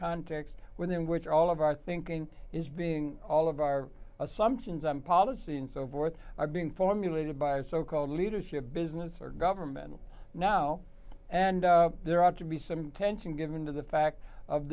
context within which all of our thinking is being all of our assumptions on policy and so forth are being formulated by so called leadership business or government now and there ought to be some tension given to the fact of